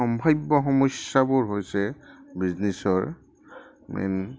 সম্ভাব্য সমস্যাবোৰ হৈছে বিজনেছৰ মেইন